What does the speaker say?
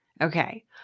Okay